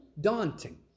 daunting